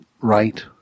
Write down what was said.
right